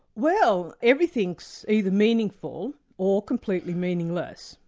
well everything's either meaningful or completely meaningless,